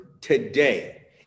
today